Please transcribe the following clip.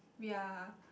we're